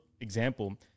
example